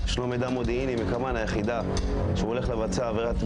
אני אסביר אותם